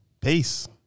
Peace